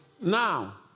now